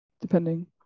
depending